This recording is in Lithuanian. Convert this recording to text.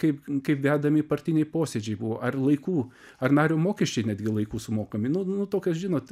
kaip kaip vedami partiniai posėdžiai buvo ar laiku ar nario mokesčiai netgi laiku sumokami nu nu tokios žinot